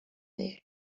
there